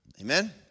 Amen